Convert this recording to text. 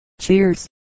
cheers